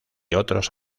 otros